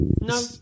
No